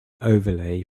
overlay